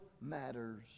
matters